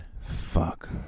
Fuck